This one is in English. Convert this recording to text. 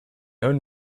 own